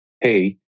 hey